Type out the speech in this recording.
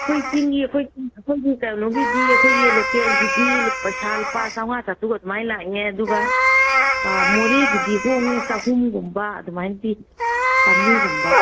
ꯑꯩꯈꯣꯏ ꯆꯤꯡꯒꯤ ꯑꯩꯈꯣꯏꯒꯤ ꯑꯩꯈꯣꯏꯒꯤ ꯑꯩꯈꯣꯏꯒꯤ ꯀꯩꯅꯣꯒꯤꯗꯤ ꯑꯩꯈꯣꯏꯒꯤ ꯂꯣꯀꯦꯜꯒꯤꯗꯤ ꯄꯩꯁꯥ ꯂꯨꯄꯥ ꯆꯃꯉꯥ ꯆꯥꯇꯔꯨꯛ ꯑꯗꯨꯃꯥꯏꯅ ꯂꯥꯛꯑꯦ ꯑꯗꯨꯒ ꯃꯣꯔꯦꯒꯤꯗꯤ ꯍꯣꯡꯉꯦ ꯆꯍꯨꯝꯒꯨꯝꯕ ꯑꯗꯨꯃꯥꯏꯅ ꯄꯤ ꯆꯥꯃꯔꯤꯒꯨꯝꯕ